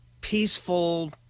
peaceful